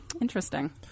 interesting